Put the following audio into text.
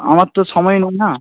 আমার তো সময় নেই না